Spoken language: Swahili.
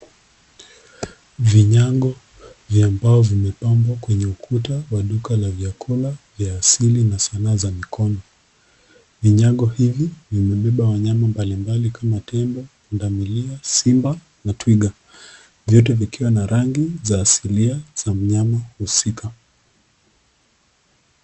Vinyago vya mbao vimepangwa kwenye ukuta wa duka la vyakula vya asili na sanaa za mikono. Vinyago hivi vimebeba wanyama mbalimbali kama tembo, punda milia, simba na twiga vyote vikiwa na rangi za asilia za mnyama husika.